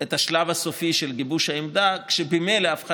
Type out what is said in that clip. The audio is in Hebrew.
את השלב הסופי של גיבוש העמדה כשממילא אף אחד